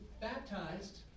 baptized